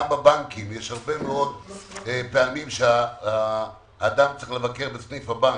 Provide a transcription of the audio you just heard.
גם בבנקים יש הרבה מאוד פעמים שהאדם צריך לבקר בסניף הבנק.